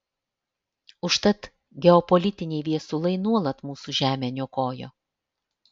užtat geopolitiniai viesulai nuolat mūsų žemę niokojo